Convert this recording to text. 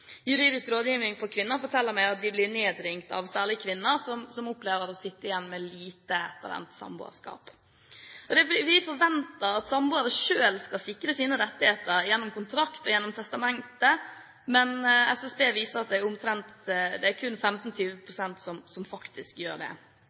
Juridisk rådgivning for kvinner forteller meg at de blir nedringt av særlig kvinner som opplever å sitte igjen med lite etter endt samboerskap. Vi forventer at samboere selv skal sikre sine rettigheter gjennom kontrakt og testamente. Men SSB viser at det er kun 15–20 pst. som faktisk gjør det. Jeg tror det både er